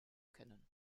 kennen